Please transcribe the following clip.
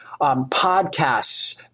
podcasts